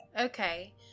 Okay